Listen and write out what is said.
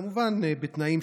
כמובן,